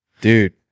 Dude